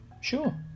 sure